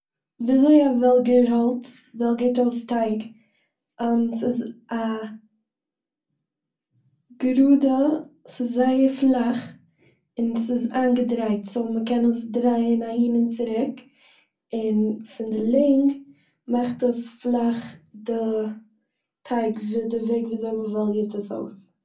וויזוי א וועלגער האלץ וועלגערט אויס טייג. ס'איז א גראדע- ס'איז זייער פלאך און ס'איז איינגעדרייט סאו מ'קען עס דרייען אהין און צוריק און פון די לענג מאכט עס פלאך די טייג ווי- די וועג וויזוי מ'וועלגערט עס אויס.